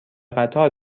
قطار